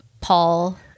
Paul